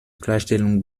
klarstellung